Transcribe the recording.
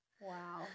Wow